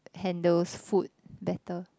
handles food better